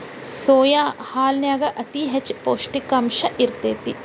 soya ಹಾಲನ್ಯಾಗ ಅತಿ ಹೆಚ್ಚ ಪೌಷ್ಟಿಕಾಂಶ ಇರ್ತೇತಿ